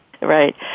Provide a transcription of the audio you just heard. Right